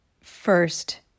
first